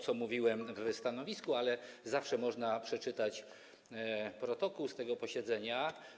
co mówiłem w stanowisku, ale zawsze można przeczytać protokół tego posiedzenia.